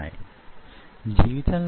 ఇదే ఆ లోతు